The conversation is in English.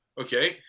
Okay